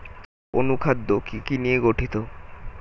অনুখাদ্য কি কি নিয়ে গঠিত?